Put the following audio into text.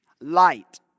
light